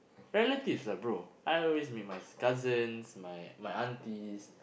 relatives ah bro I always meet my cousins my my aunties